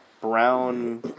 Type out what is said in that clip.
brown